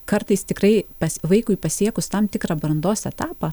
kartais tikrai pas vaikui pasiekus tam tikrą brandos etapą